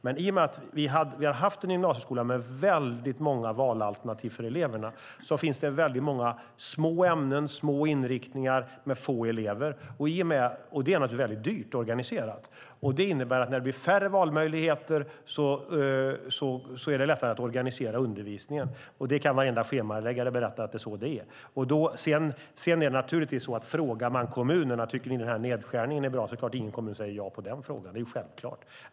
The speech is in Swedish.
Men i och med att vi har haft en gymnasieskola med väldigt många alternativ för eleverna finns det många små ämnen och små inriktningar med få elever. Det är naturligtvis väldigt dyrt att organisera. När det blir färre valmöjligheter är det lättare att organisera undervisningen. Varenda schemaläggare kan berätta att det är så. Man kan fråga kommunerna: Tycker ni att den här nedskärningen är bra? Det är klart att ingen kommer att svara ja på den frågan. Det är självklart.